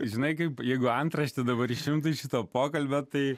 žinai kaip jeigu antraštė dabar išimtų iš šito pokalbio tai